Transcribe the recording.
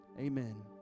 Amen